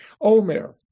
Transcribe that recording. Omer